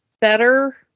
better